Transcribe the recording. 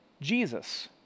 Jesus